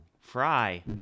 fry